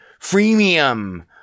freemium